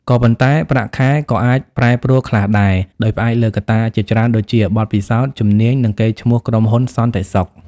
ក៏ប៉ុន្តែ ប្រាក់ខែក៏អាចប្រែប្រួលខ្លះដែរ ដោយផ្អែកលើកត្តាជាច្រើនដូចជា បទពិសោធន៍ ជំនាញ និងកេរ្តិ៍ឈ្មោះក្រុមហ៊ុនសន្តិសុខ។